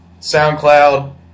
SoundCloud